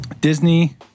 Disney